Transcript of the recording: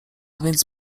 więc